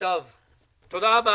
תודה רבה.